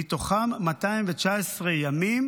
מתוכם 219 ימים